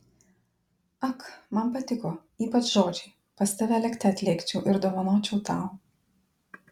ak man patiko ypač žodžiai pas tave lėkte atlėkčiau ir dovanočiau tau